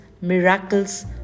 miracles